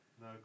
No